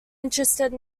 interested